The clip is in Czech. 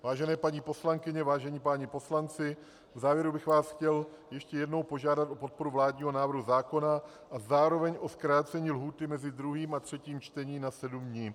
Vážené paní poslankyně, vážení páni poslanci, v závěru bych vás chtěl ještě jednou požádat o podporu vládního návrhu zákona a zároveň o zkrácení lhůty mezi druhým a třetím čtení na sedm dní.